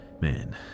man